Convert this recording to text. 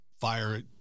fire